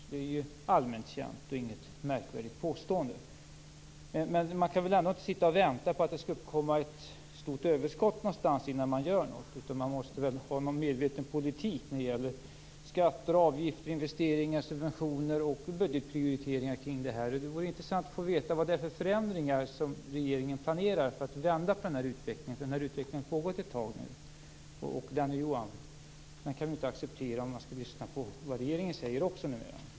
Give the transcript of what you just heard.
Det är ju allmänt känt och inget märkvärdigt påstående. Man kan väl ändå inte sitta och vänta på att det skall komma ett stort överskott någonstans innan man gör något? Man måste väl ha någon medveten politik när det gäller skatter, avgifter, investeringar, subventioner och budgetprioriteringar kring detta? Det vore intressant att få veta vilka förändringar som regeringen planerar för att vända på den här utvecklingen. Den har ju pågått ett tag nu. Den kan vi inte acceptera. Det säger ju regeringen också numera.